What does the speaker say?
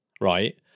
right